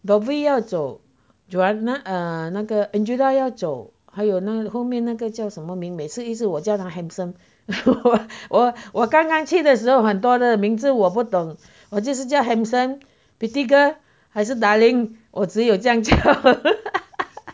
bobby 要走 joanna err 那个 angela 要走还有那后面那个叫什么名每次一直我叫他 handsome 我我刚刚去的时候 hor 很多的名字我不懂我就是叫 handsome pretty girl 还是 darling 我只有这样叫